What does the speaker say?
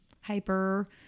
hyper